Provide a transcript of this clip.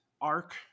arc